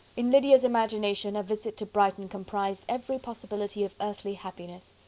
in lydia's imagination, a visit to brighton comprised every possibility of earthly happiness.